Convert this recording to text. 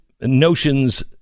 notions